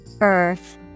Earth